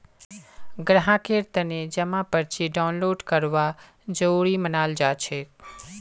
ग्राहकेर तने जमा पर्ची डाउनलोड करवा जरूरी मनाल जाछेक